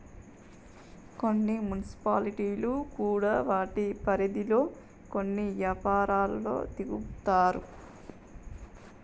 కొన్ని మున్సిపాలిటీలు కూడా వాటి పరిధిలో కొన్ని యపారాల్లో దిగుతాయి